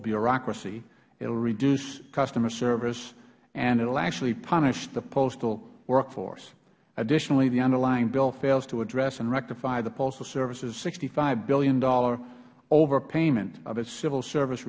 bureaucracy it will reduce customer service and it will actually punish the postal workforce additionally the underlying bill fails to address and rectify the postal services sixty five dollars billion overpayment of its civil service